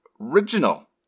Original